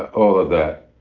all of that.